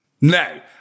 No